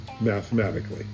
mathematically